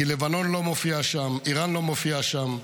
כי לבנון לא מופיעה שם, איראן לא מופיעה שם,